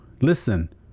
listen